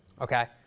Okay